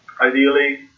ideally